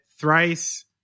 Thrice